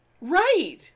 Right